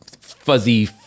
fuzzy